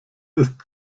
ist